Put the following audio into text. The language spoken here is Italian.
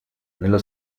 nello